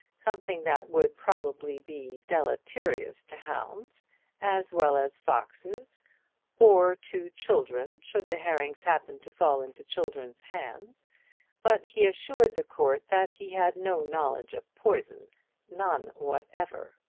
something that would probably be deleterious to hounds as well as foxes or to children should the herrings happen to fall into children's hands but he assured the court that he had no knowledge of poison none whatever.